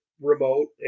remote